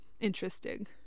interesting